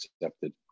accepted